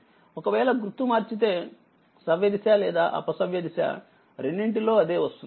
ఒకవేళ గుర్తు మార్చితే సవ్యదిశ లేదా అపసవ్యదిశ రెండింటిలో అదే వస్తుంది